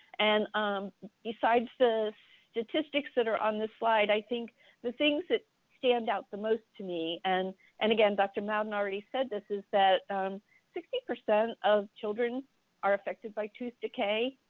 and um besides the statistics that are on this slide, i think the things that stand out the most to me, and and again dr. mouden already said this, is that sixty percent of children are affected by tooth decay,